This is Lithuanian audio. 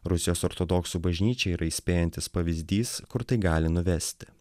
rusijos ortodoksų bažnyčia yra įspėjantis pavyzdys kur tai gali nuvesti